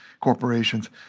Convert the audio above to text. corporations